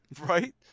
Right